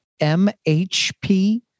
mhp